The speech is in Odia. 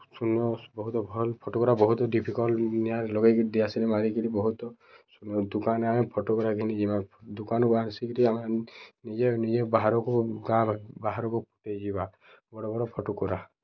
ଶୂନ୍ୟ ବହୁତ୍ ଭଲ୍ ଫଟକରା ବହୁତ ଡିଫିକଲ୍ଟ ନିଆ ଲଗେଇକରି ଦିଆସିଲ୍ ମାରିକିରି ବହୁତ ଦୁକାନ୍ରେ ଆମେ ଫଟକରା କି ନେଇଯିବା ଦୋକାନକୁ ଆସିକିରି ଆମେ ନିଜେ ନିଜେ ବାହାରକୁ ଗାଁ ବାହାରକୁ ଫୁଟେଇଯିବା ବଡ଼ ବଡ଼ ଫଟକରା